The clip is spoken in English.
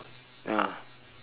ya